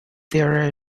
there